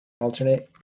alternate